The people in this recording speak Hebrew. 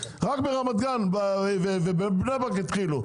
רק ברמת גן ובבני ברק התחילו.